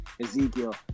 Ezekiel